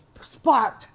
spark